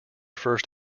first